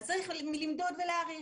אז צריך למדוד ולהעריך.